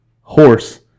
horse